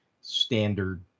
standard